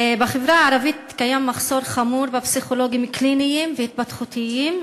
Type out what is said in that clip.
בחברה הערבית קיים מחסור חמור בפסיכולוגים קליניים והתפתחותיים.